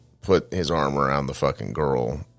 put-his-arm-around-the-fucking-girl